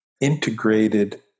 integrated